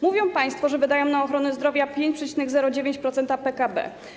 Mówią państwo, że wydają na ochronę zdrowia 5,09% PKB.